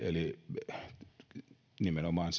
eli nimenomaan